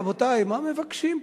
רבותי, מה מבקשים פה?